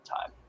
time